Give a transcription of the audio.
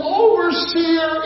overseer